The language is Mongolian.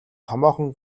томоохон